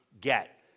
get